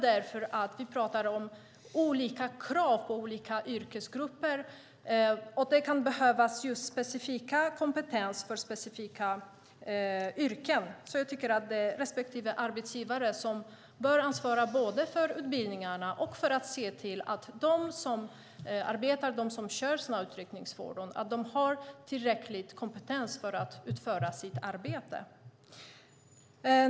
Du pratade om olika krav på olika yrkesgrupper, och det kan behövas specifik kompetens för specifika yrken. Jag tycker att respektive arbetsgivare bör ansvara både för utbildningarna och för att se till att de som kör utryckningsfordon har tillräcklig kompetens för att utföra sitt arbete.